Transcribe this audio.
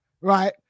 right